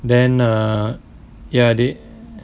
then err ya they